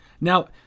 Now